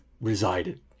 resided